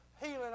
healing